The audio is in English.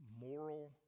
moral